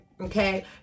Okay